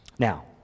Now